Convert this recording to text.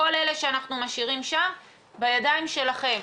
כל אלה שאנחנו משאירים שם הם בידיים שלכם.